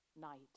night